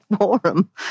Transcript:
forum